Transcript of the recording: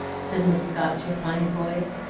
said miss scott's refined voice,